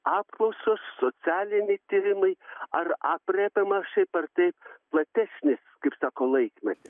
apklausos socialiniai tyrimai ar aprėpiamas šiaip ar taip platesnis kaip sako laikmetis